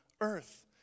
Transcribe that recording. earth